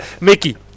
Mickey